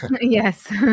yes